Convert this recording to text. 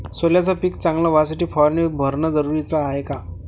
सोल्याचं पिक चांगलं व्हासाठी फवारणी भरनं जरुरी हाये का?